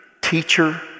teacher